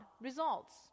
results